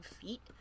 feet